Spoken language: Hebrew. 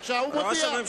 הוא מודיע,